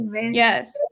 yes